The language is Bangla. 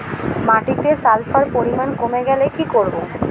মাটিতে সালফার পরিমাণ কমে গেলে কি করব?